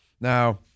Now